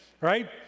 Right